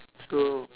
so